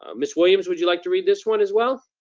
um miss williams, would you like to read this one, as well?